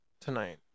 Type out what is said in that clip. tonight